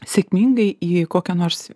sėkmingai į kokią nors